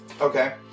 Okay